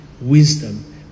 wisdom